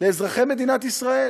לאזרחי מדינת ישראל: